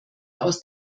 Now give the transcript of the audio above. aus